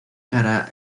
cara